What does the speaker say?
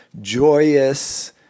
joyous